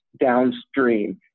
downstream